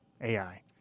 AI